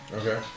Okay